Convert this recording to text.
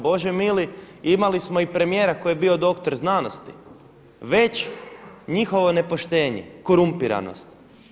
Bože mili, imali smo i premijera koji je bio doktor znanosti, već njihovo nepoštenje, korumpiranost.